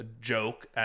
joke